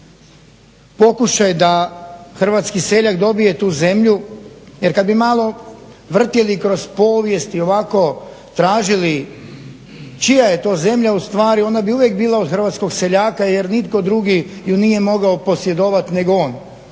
pokušaj da hrvatski seljak dobije tu zemlju jer kada bi malo vrtjeli kroz povijest i ovako tražili čija je to zemlja ustvari ona bi uvijek bila od hrvatskog seljaka jer nitko drugi ju nije mogao posjedovati nego on.